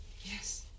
Yes